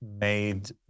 made